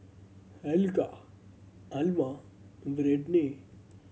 Helga Alma and Britney